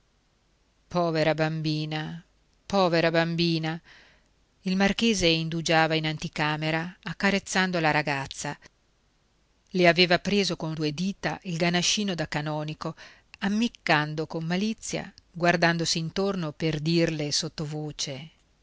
povera bambina povera bambina il marchese indugiava in anticamera accarezzando la ragazza le aveva preso con due dita il ganascino da canonico ammiccando con malizia guardandosi intorno per dirle sottovoce